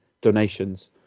donations